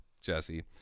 Jesse